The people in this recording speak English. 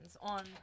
on